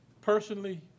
personally